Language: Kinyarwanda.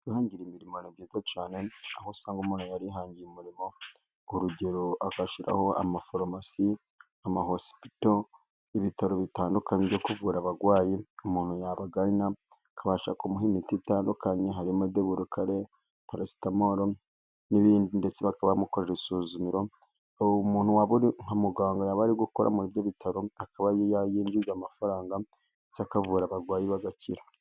Kwihangira imirimo ni byiza cyane, aho usanga umuntu yarihangiye umurimo ku rugero agashyiraho amafaromasi, amahosipito, ibitaro bitandukanye byo kuvura abarwayi, umuntu yabagana bakabasha kumuha imiti itandukanye harimo deburukale, parasitamoro n'ibindi ndetse bakaba bamukorera isuzumiro, umuntu waba ari nka muganga yaba ari gukora muri ibyo bitaro, akaba yakwinjiza amafaranga cyangwa akavura abarwayi bagakira.